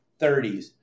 30s